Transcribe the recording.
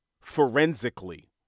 forensically